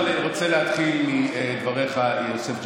אבל אני רוצה להתחיל מדבריך, יוסף ג'בארין.